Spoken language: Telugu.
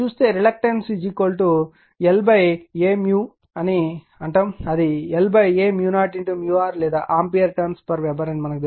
కాబట్టి ఇప్పుడు చూస్తే రిలక్టన్స్ l A అని పిలుస్తారు అది l A 0r లేదా ఆంపియర్ టర్న్స్వెబర్ అని మనకు తెలుసు